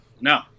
No